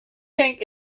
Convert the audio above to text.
think